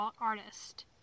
artist